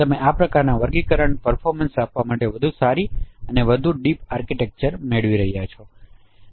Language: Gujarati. તમે આ પ્રકારના વર્ગીકરણ પર્ફોમન્સ આપવા માટે વધુ સારી અને વધુ ડીપ આર્કિટેક્ચરમેળવી રહ્યાં છો